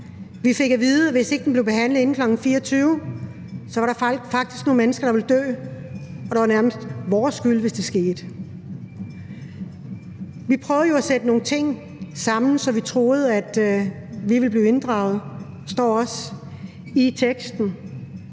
vi fik at vide, at hvis ikke den blev behandlet inden kl. 24.00, var der faktisk nogle mennesker, der ville dø, og det var nærmest vores skyld, hvis det skete. Vi prøvede jo at sætte nogle ting sammen, så vi troede, at vi ville blive inddraget; det står også i teksten.